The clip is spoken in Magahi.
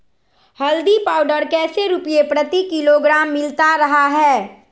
हल्दी पाउडर कैसे रुपए प्रति किलोग्राम मिलता रहा है?